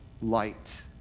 light